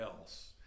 else